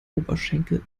oberschenkel